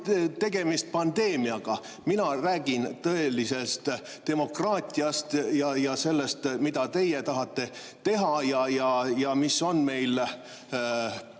tegemist pandeemiaga, aga mina räägin tõelisest demokraatiast, sellest, mida teie tahate teha, ja sellest, mis on meil